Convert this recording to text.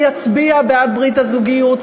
מי שיצביע בעד ברית הזוגיות,